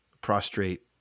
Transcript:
prostrate